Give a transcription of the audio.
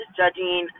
judging